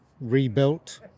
rebuilt